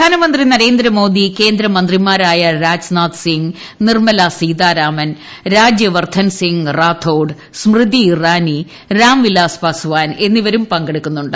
പ്രധാനമന്ത്രി നരേന്ദ്രമോദി കേന്ദ്രമന്ത്രിമാരായ രാജ്നാഥ്സിംഗ് നിർമ്മലാ സീതാരാമൻ രാജ്യവർദ്ധൻസിംഗ് രാത്തോഡ് സ്മൃതി ഇറാനി രാംവിലാസ് പസ്വാൻ എന്നിവരും പങ്കെടുക്കുന്നുണ്ട്